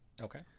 Okay